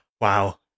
Wow